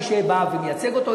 מי שבא ומייצג אותו.